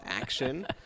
action